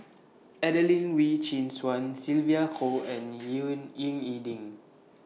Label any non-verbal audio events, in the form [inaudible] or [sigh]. Adelene Wee Chin Suan Sylvia Kho and [unintelligible] Ying E Ding